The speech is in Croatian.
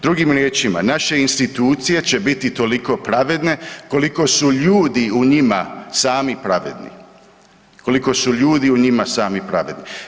Drugim riječima, naše institucije će biti toliko pravedne koliko su ljudi u njima sami pravedni, koliko su ljudi u njima sami pravedni.